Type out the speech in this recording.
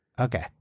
Okay